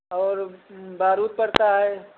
और बारूद पड़ता है